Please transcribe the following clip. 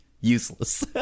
useless